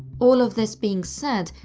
all of this being said,